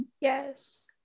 Yes